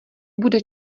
bude